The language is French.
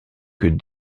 que